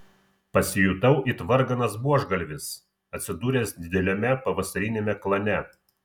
pasijutau it varganas buožgalvis atsidūręs dideliame pavasariniame klane